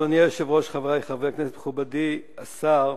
אדוני היושב-ראש, חברי חברי הכנסת, מכובדי השר,